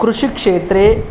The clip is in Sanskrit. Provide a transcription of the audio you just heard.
कृषिक्षेत्रे